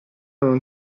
non